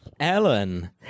ellen